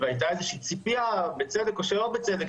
והייתה ציפייה בצדק או שלא בצדק,